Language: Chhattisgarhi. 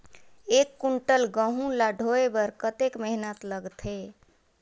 एक कुंटल गहूं ला ढोए बर कतेक मेहनत लगथे?